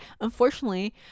unfortunately